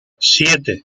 siete